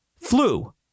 flu